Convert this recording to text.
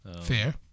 Fair